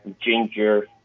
ginger